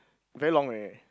very long eh